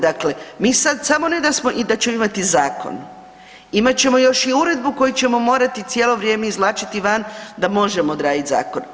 Dakle, mi sad samo da ćemo imati zakon imat ćemo još i uredbu koju ćemo morati cijelo vrijeme izvlačiti van da možemo odraditi zakon.